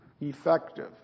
Effective